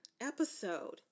episode